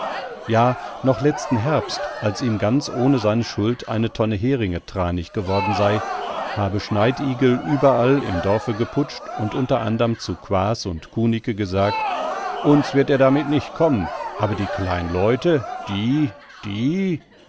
ja noch letzten herbst als ihm ganz ohne seine schuld eine tonne heringe thranig geworden sei habe schneidigel überall im dorfe geputscht und unter anderm zu quaas und kunicke gesagt uns wird er damit nicht kommen aber die kleinen leute die die